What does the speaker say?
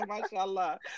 mashallah